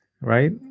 right